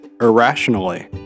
irrationally